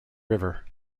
river